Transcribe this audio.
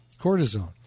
cortisone